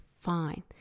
fine